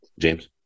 james